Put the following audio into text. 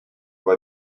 его